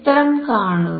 ചിത്രം കാണുക